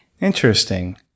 Interesting